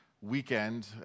weekend